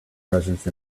presence